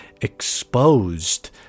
exposed